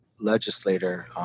legislator